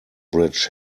bridge